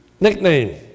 nickname